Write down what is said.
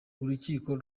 urukiko